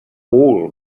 wool